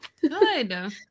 Good